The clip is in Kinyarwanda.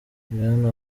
bwana